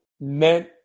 meant